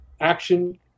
Action